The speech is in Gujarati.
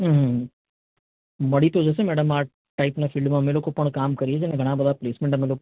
હમ્મ હમ્મ મળી તો જશે મેડમ આ ટાઈપના ફિલ્ડમાં અમે લોકો પણ કામ કરીએ છીએ ને ઘણાં બધા પ્લેસમેન્ટ અમે લોક